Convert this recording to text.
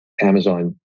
Amazon